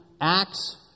Acts